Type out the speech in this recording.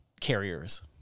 carriers